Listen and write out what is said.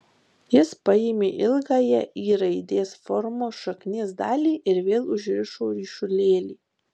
jis paėmė ilgąją y raidės formos šaknies dalį ir vėl užrišo ryšulėlį